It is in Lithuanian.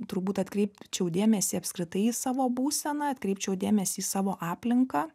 turbūt atkreipčiau dėmesį apskritai į savo būseną atkreipčiau dėmesį į savo aplinką